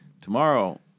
tomorrow